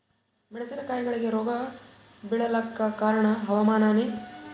ಮೆಣಸಿನ ಕಾಯಿಗಳಿಗಿ ರೋಗ ಬಿಳಲಾಕ ಕಾರಣ ಹವಾಮಾನನೇ?